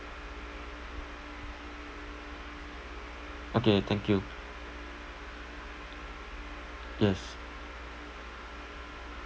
okay thank you yes